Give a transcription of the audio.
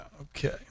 okay